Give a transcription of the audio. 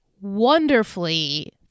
wonderfully